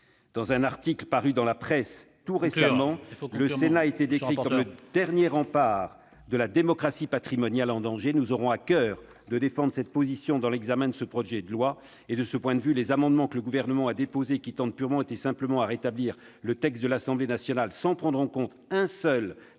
Dans un article paru la semaine dernière, le Sénat était décrit comme « le dernier rempart de la démocratie patrimoniale en danger ». Nous aurons à coeur de défendre cette position au cours de l'examen de ce projet de loi. De ce point de vue, les amendements que le Gouvernement a déposés, qui tendent purement et simplement à rétablir le texte de l'Assemblée nationale sans prendre en compte un seul des